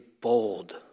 bold